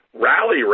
rally